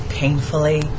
painfully